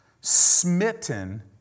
smitten